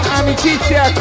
amicizia